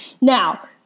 Now